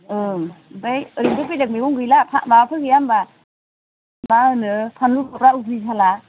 ओं ओमफाय ओरैनोथ' बेलेग मैगं गैला माबाफोर गैया होमब्ला माहोनो फानलु खदाल दुइ हाला